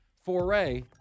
foray